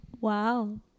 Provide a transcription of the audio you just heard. Wow